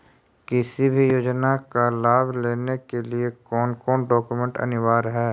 किसी भी योजना का लाभ लेने के लिए कोन कोन डॉक्यूमेंट अनिवार्य है?